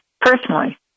personally